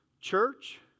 Church